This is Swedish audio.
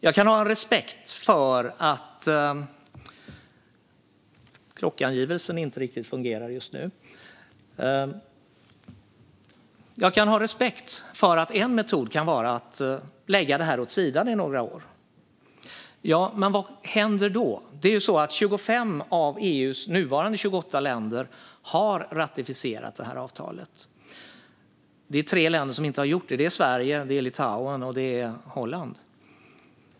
Jag kan ha respekt för att en metod kan vara att lägga detta åt sidan i några år. Men vad händer då? Det är på det sättet att 25 av EU:s nuvarande 28 länder har ratificerat detta avtal. Det är tre länder som inte har gjort det, och det är Sverige, Litauen och Holland.